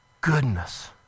goodness